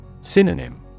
Synonym